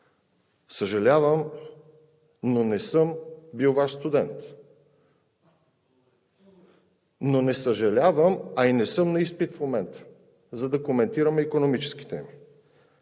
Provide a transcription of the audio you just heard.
Съжалявам, но не съм бил Ваш студент. Но не съжалявам, а и не съм на изпит в момента, за да коментираме икономически теми.